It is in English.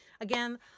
again